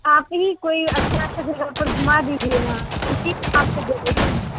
आप ही कोई अच्छा अच्छा जगह पर घूमा दीजिए ना इसी आपको ज़रूरी नहीं